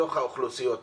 בתוך האוכלוסיות,